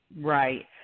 Right